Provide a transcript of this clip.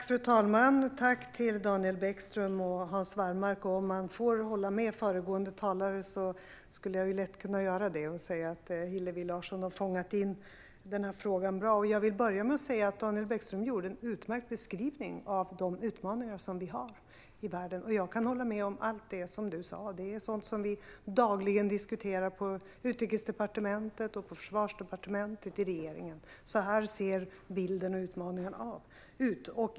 Fru talman! Jag tackar Daniel Bäckström och Hans Wallmark. Om man får hålla med föregående talare skulle jag lätt kunna göra det; Hillevi Larsson har fångat in den här frågan bra. Daniel Bäckström gav en utmärkt beskrivning av de utmaningar som vi har i världen. Jag kan hålla med om allt han sa. Det är sådant som vi dagligen diskuterar i regeringen på Utrikesdepartementet och Försvarsdepartementet. Så här ser bilden och utmaningarna ut.